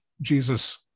Jesus